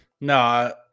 No